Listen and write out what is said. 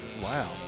Wow